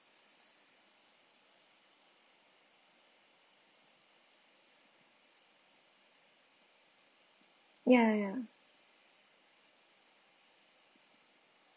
ya ya